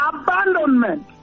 abandonment